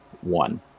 one